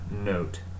note